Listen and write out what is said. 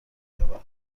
یابد